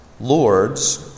lords